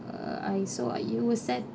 err I saw I used set